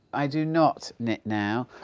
i do not knit now,